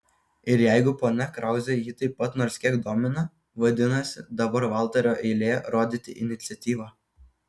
ir jeigu ponia krauzė jį taip pat nors kiek domina vadinasi dabar valterio eilė rodyti iniciatyvą